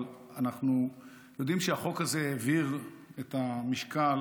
אבל אנחנו יודעים שהחוק הזה העביר את המשקל